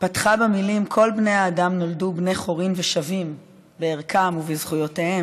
פתחה במילים: "כל בני האדם נולדו בני חורין ושווים בערכם ובזכויותיהם".